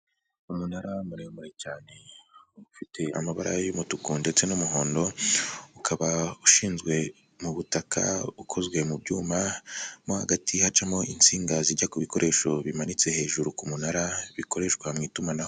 Umunara muremure cyane ufite amabara y'umutuku ndetse n'umuhondo ukaba ushizwe mu butaka ukozwe mu byuma mo hagati hacamo insinga zijya ku bikoresho bimanitse hejuru ku munara bikoreshwa mu itumanaho.